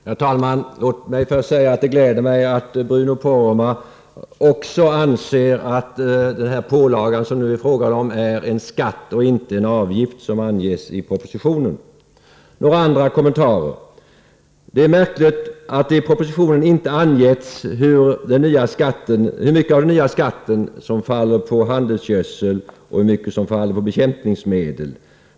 Herr talman! Låt mig först säga att det gläder mig att också Bruno Poromaa anser att den pålaga som det nu är fråga om är en skatt och inte en avgift, som anges i propositionen. Låt mig göra några andra kommentarer. För det första: Det är märkligt att det i propositionen inte angetts hur mycket av den nya skatten som faller på handelsgödsel och hur mycket som faller på bekämpningsmedel.